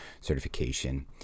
certification